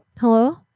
Hello